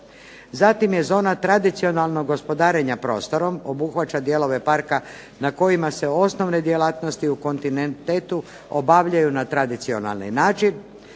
Zatim je zona tradicionalnog gospodarenja prostorom, obuhvaća dijelove parka na kojima se osnovne djelatnosti u kontinuitetu obavljaju na tradicionalni način.